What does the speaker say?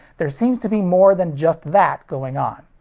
there seems to be more than just that going on.